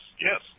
Yes